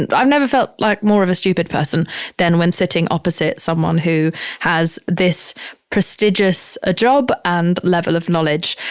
and i've never felt like more of a stupid person than when sitting opposite someone who has this prestigious ah job and level of knowledge.